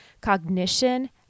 cognition